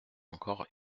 encore